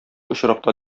очракта